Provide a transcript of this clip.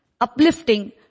uplifting